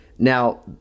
now